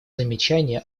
замечания